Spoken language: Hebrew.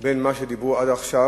בין מה שדיברו עד עכשיו